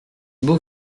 beau